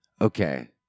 okay